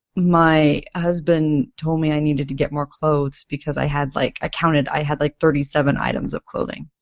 my husband told me i needed to get more clothes because i had like, i ah counted, i had like thirty seven items of clothing.